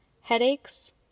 headaches